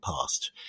past